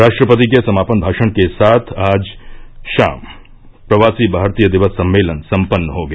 राष्ट्रपति के समापन भाषण के साथ आज देर शाम प्रवासी भारतीय दिवस सम्मेलन संपन्न हो गया